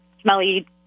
smelly